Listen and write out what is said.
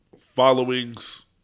followings